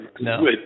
no